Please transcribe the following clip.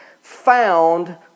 found